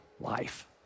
life